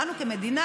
לנו כמדינה,